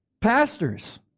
pastors